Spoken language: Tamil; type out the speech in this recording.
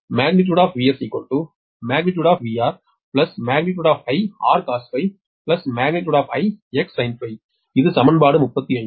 எனவே அளவு இது சமன்பாடு 35